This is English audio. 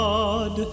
God